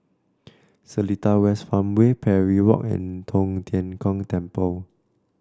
Seletar West Farmway Parry Walk and Tong Tien Kung Temple